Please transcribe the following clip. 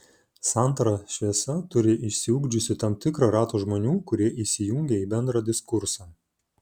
santara šviesa turi išsiugdžiusi tam tikrą ratą žmonių kurie įsijungia į bendrą diskursą